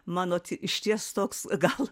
mano išties toks gal